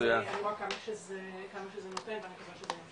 אני רואה כמה שזה נותן ואני מקווה שזה ימשיך.